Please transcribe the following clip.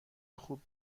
خوب